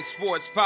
Sports